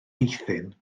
eithin